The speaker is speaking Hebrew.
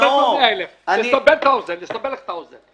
תוספת 100,000. לסבר לך את האוזן,